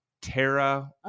Tara